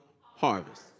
harvest